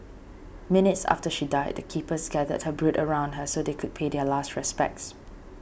minutes after she died the keepers gathered her brood around her so they could pay their last respects